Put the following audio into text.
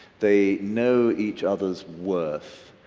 they know each other's worth.